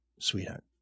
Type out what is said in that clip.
sweetheart